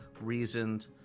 reasoned